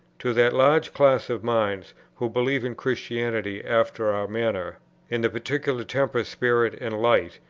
to that large class of minds, who believe in christianity after our manner in the particular temper, spirit, and light,